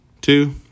Two